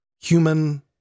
human